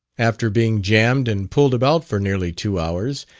after being jammed and pulled about for nearly two hours,